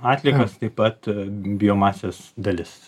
atliekas taip pat biomasės dalis